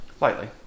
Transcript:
Lightly